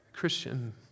Christian